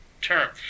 term